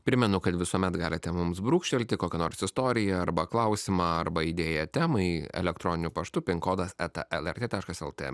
primenu kad visuomet galite mums brūkštelti kokią nors istoriją arba klausimą arba idėją temai elektroniniu paštu pin kodas eta lrt taškas lt